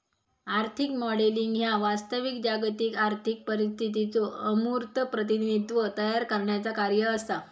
आर्थिक मॉडेलिंग ह्या वास्तविक जागतिक आर्थिक परिस्थितीचो अमूर्त प्रतिनिधित्व तयार करण्याचा कार्य असा